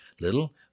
little